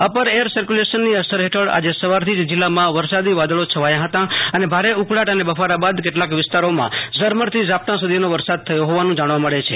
upper air સકર્યુલેશનની અસર હેઠળ આજે સવારથી જ જીલ્લામાં વરસાદી વાદળો છવાયા હતા અને ભારે ઉકળાટ અને બફારાબાદ કેટલાક વિસ્તારીમાં ઝરમરથી ઝાપટા સુ ધીનો વરસાદ થયો હોવાનું જાણવા મળે છે